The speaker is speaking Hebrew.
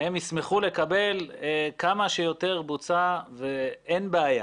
הם ישמחו לקבל כמה שיותר בוצה ואין בעיה.